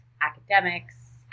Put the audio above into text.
academics